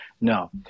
No